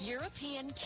European